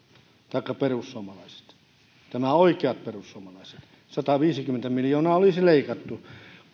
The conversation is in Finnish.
taikka perussuomalaiset nämä oikeat perussuomalaiset sataviisikymmentä miljoonaa olisi leikattu